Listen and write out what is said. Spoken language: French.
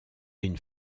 une